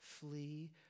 Flee